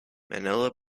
manila